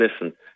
listen